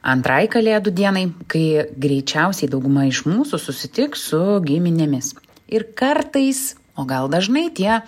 antrai kalėdų dienai kai greičiausiai dauguma iš mūsų susitiks su giminėmis ir kartais o gal dažnai tie